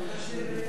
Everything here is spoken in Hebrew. דווקא שיר יפה.